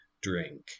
drink